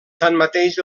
tanmateix